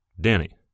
Danny